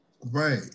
right